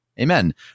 Amen